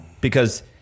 Because-